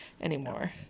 anymore